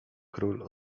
król